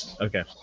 Okay